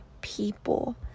people